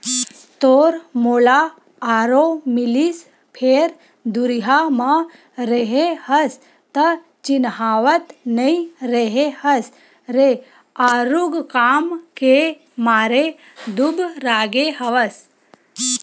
तोर मोला आरो मिलिस फेर दुरिहा म रेहे हस त चिन्हावत नइ रेहे हस रे आरुग काम के मारे दुबरागे हवस